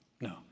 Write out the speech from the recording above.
no